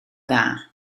dda